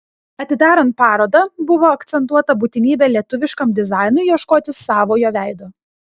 atidarant parodą buvo akcentuota būtinybė lietuviškam dizainui ieškoti savojo veido